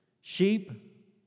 Sheep